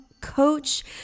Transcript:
coach